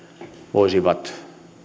voisivat